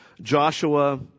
joshua